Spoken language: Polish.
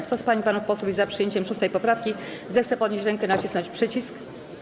Kto z pań i panów posłów jest za przyjęciem 6. poprawki, zechce podnieść rękę i nacisnąć przycisk.